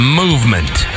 movement